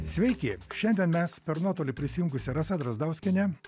sveiki šiandien mes per nuotolį prisijungusi rasa drazdauskienė